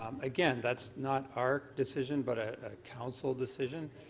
um again, that's not our decision, but a council decision.